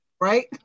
right